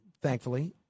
thankfully